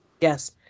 Yes